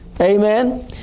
Amen